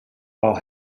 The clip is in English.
while